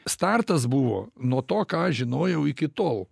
startas buvo nuo to ką aš žinojau iki tol